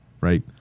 right